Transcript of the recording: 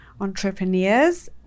entrepreneurs